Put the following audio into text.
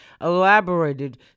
elaborated